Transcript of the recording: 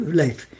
life